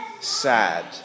sad